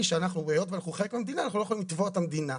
שהיות שאנחנו חלק מהמדינה אנחנו לא יכולים לתבוע את המדינה,